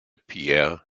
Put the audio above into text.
pierre